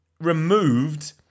removed